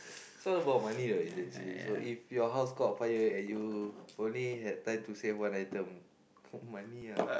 it's all about money what eventually so if your house caught fire and you only had time to save one item money ah